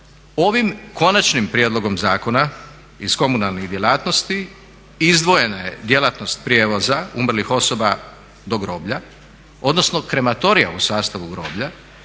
Ovim Konačnim prijedlogom zakona iz komunalnih djelatnosti izdvojena je djelatnost prijevoza umrlih osoba do groblja, odnosno krematorija u sastavu groblja